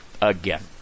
again